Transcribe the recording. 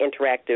interactive